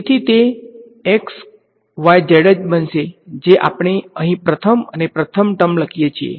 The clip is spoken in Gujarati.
તેથી તે જ બનશે જે આપણે અહીં પ્રથમ અને પ્રથમ ટર્મ લખીએ છીએ